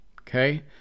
Okay